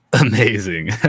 amazing